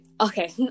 okay